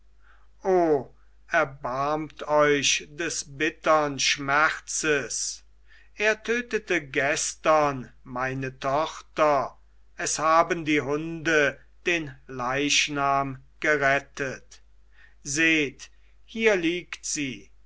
erbarmt euch des bittern schmerzes er tötete gestern meine tochter es haben die hunde den leichnam gerettet seht hier liegt sie